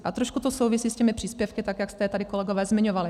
A trošku to souvisí s těmi příspěvky, tak jak jste je tady, kolegové, zmiňovali.